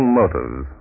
motives